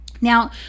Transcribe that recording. Now